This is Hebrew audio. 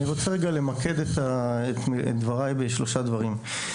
אני רוצה רגע למקד את דבריי בשלושה דברים.